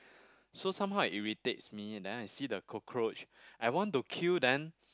so somehow irritates me and then I see the cockroaches I want to kill then